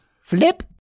flip